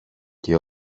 και